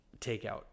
takeout